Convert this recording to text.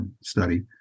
study